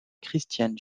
christiane